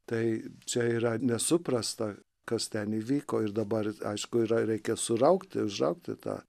tai čia yra nesuprasta kas ten įvyko ir dabar aišku yra reikia suraukti užraukti tą